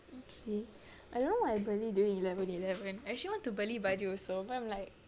see I don't know what I beli during eleven eleven actually I want to beli baju also but I'm like